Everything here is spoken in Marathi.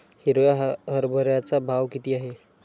हिरव्या हरभऱ्याचा भाव किती आहे?